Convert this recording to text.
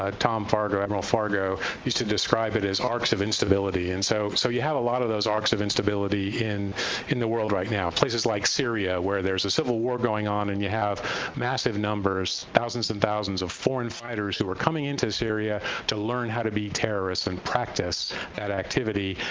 ah tom fargo, admiral fargo, used to describe it as arcs of instability. and so so you have a lot of those arcs of instability in in the world right now, in places like syria, where there's a civil war going on and you have massive numbers, thousands and thousands of foreign fighters who are coming into syria to learn how to be terrorists and practice that activity,